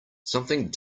something